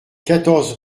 quatorze